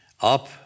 up